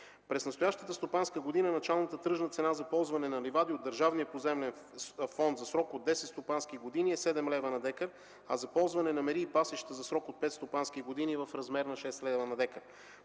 През настоящата стопанска година настоящата тръжна цена за ползване на ливади от Държавния поземлен фонд за срок от десет стопански години е 7 лева на декар, а за ползване на мери и пасища за срок от пет стопански години – в размер на 6 лева на декар.